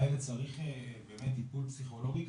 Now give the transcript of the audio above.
הילד צריך באמת טיפול פסיכולוגי,